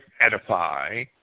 edify